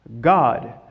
God